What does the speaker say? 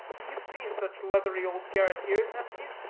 you've seen such leathery old garretteers, haven't you?